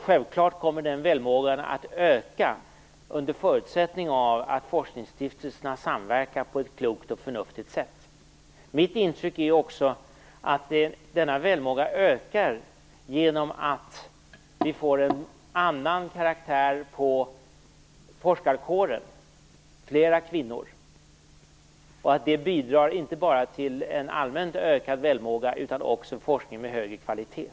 Självklart kommer denna välmåga att öka under förutsättning att forskningsstiftelserna samverkar på ett klokt och förnuftigt sätt. Mitt intryck är också att denna välmåga ökar genom att vi får en annan karaktär på forskarkåren. Det blir fler kvinnor. Det bidrar inte bara till en allmänt ökad välmåga utan också till en forskning med högre kvalitet.